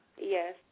Yes